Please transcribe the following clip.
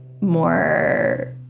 more